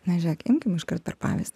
na žiūrėk imkim iškart per pavyzdį